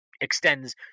extends